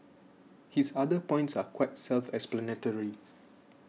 his other points are quite self explanatory